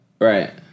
Right